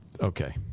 Okay